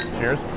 Cheers